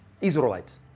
Israelite